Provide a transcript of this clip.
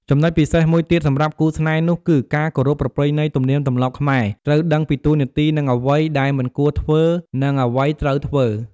ចំណុចពិសេសមួយទៀតសម្រាប់គូរស្នេហ៍នោះគឺការគោរពប្រពៃណីទំនៀមទម្លាប់ខ្មែរ ត្រូវដឹងពីតួនាទីនិងអ្វីដែលមិនគួរធ្វើនិងអ្វីត្រូវធ្វើ។